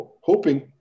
hoping